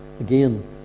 Again